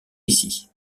ici